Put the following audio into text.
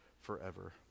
forever